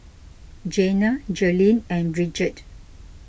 Jana Jaelyn and Bridgett